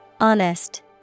Honest